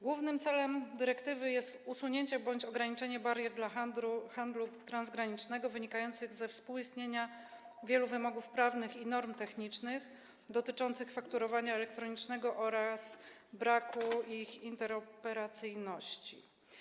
Głównym celem dyrektywy jest usunięcie bądź ograniczenie barier dla handlu transgranicznego wynikających ze współistnienia wielu wymogów prawnych i norm technicznych dotyczących fakturowania elektronicznego oraz braku ich interoperacyjności.